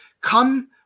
come